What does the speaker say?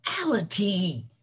reality